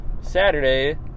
Saturday